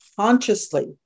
Consciously